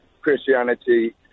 Christianity